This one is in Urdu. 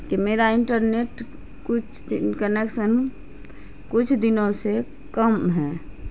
کہ میرا انٹرنیٹ کچھ کنیکشن کچھ دنوں سے کم ہے